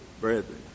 brethren